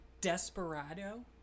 Desperado